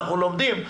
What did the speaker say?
אנחנו לומדים,